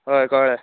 होय कळ्ळें